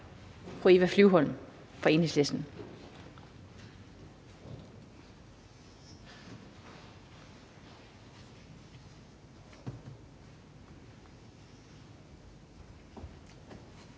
er fru Eva Flyvholm fra Enhedslisten.